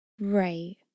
Right